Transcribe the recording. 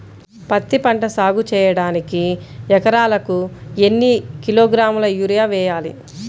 పత్తిపంట సాగు చేయడానికి ఎకరాలకు ఎన్ని కిలోగ్రాముల యూరియా వేయాలి?